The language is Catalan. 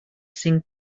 cinc